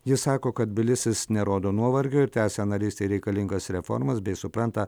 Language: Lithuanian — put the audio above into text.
ji sako kad tbilisis nerodo nuovargio ir tęsia narystei reikalingas reformas bei supranta